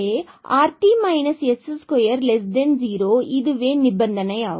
எனவேrt s20 இதுவே நிபந்தனையாகும்